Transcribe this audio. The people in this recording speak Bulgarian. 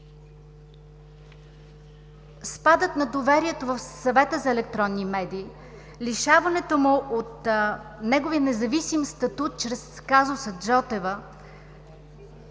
Спадът на доверието в Съвета за електронни медии, лишаването му от неговия независим статут чрез казуса Жотева